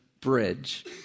bridge